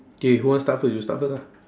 K who want start first you start first ah